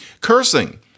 Cursing